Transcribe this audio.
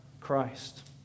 Christ